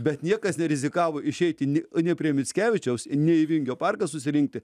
bet niekas nerizikavo išeiti ne nei prie mickevičiaus nei į vingio parką susirinkti